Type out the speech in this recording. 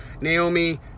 Naomi